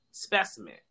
specimen